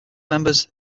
members